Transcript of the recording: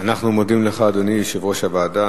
אנחנו מודים לך, אדוני יושב-ראש הוועדה.